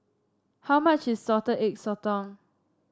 how much is Salted Egg Sotong